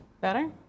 Better